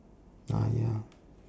ah ya